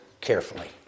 carefully